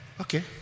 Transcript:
okay